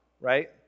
right